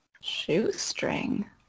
Shoestring